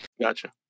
gotcha